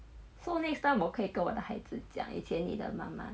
so next time 我可以跟我的孩子讲以前你的妈妈